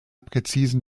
präzisen